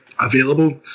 available